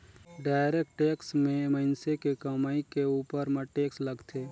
direct tax में मइनसे के कमई के उपर म टेक्स लगथे